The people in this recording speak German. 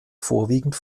vorwiegend